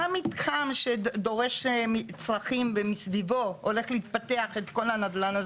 המתחם שדורש צרכים ומסביבו הולך להתפתח כל המתחם הזה